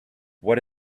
what